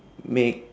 make